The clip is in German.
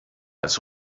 als